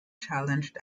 challenged